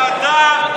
אבל מה לעשות,